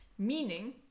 meaning